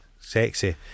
Sexy